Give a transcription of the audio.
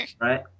right